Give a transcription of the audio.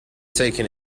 taken